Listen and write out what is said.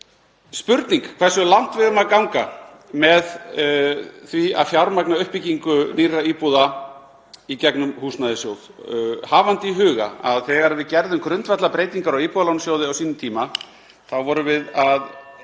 spurning hversu langt við eigum að ganga með því að fjármagna uppbyggingu nýrra íbúða í gegnum Húsnæðissjóð, hafandi í huga að þegar við gerðum grundvallarbreytingar á Íbúðalánasjóði á sínum tíma (Forseti